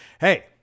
Hey